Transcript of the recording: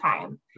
time